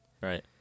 right